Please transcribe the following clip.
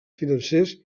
financers